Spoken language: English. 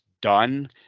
done